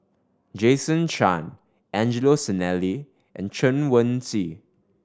Jason Chan Angelo Sanelli and Chen Wen Hsi